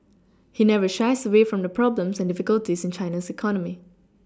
he never shies away from the problems and difficulties in China's economy